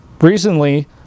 Recently